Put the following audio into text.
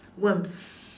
worms